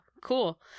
cool